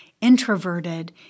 introverted